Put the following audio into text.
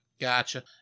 Gotcha